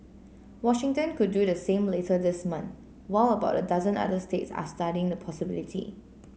Washington could do the same later this month while about a dozen other states are studying the possibility